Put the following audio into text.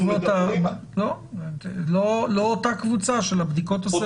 לא אותה קבוצה של הבדיקות הסר ולוגיות.